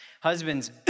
Husbands